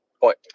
point